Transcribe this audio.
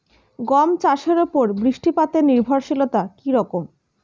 গম চাষের উপর বৃষ্টিপাতে নির্ভরশীলতা কী রকম?